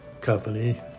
company